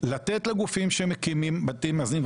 לתת לגופים שמקימים בתים מאזנים,